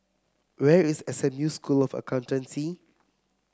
where is S M U School of Accountancy